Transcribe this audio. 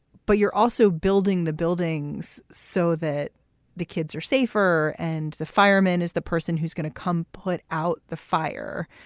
but you're also building the buildings so that the kids are safer and the fireman is the person who's going to come put out the fire.